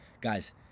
Guys